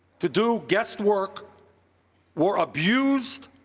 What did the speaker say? to do guest work were abused,